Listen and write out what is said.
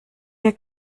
wir